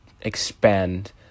expand